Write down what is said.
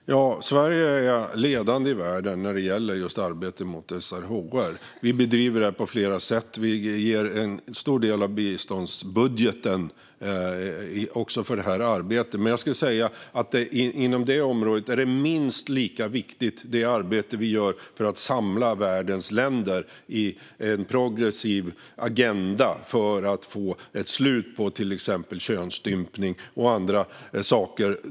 Fru talman! Sverige är ledande i världen när det gäller arbete med SRHR. Vi bedriver arbetet på flera sätt och avsätter en stor del av biståndsbudgeten för det. Minst lika viktigt inom detta område är dock det arbete vi gör för att samla världens länder runt en progressiv agenda för att få ett slut på till exempel könsstympning och annat.